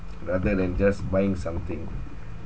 rather than just buying something